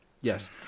Yes